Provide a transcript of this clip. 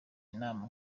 inama